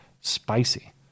spicy